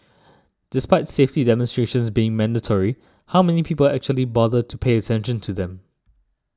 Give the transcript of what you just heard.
despite safety demonstrations being mandatory how many people actually bother to pay attention to them